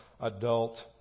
adult